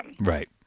Right